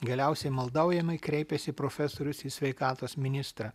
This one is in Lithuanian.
galiausiai maldaujamai kreipėsi profesorius į sveikatos ministrą